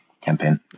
campaign